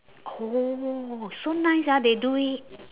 oh so nice ah they do it